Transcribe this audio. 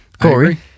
Corey